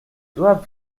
drop